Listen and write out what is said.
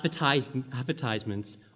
Advertisements